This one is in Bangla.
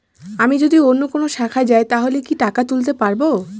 আমি যদি অন্য কোনো শাখায় যাই তাহলে কি টাকা তুলতে পারব?